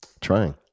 Trying